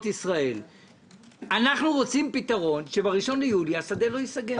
ישראל פתרון שב-1 ביולי השדה לא ייסגר.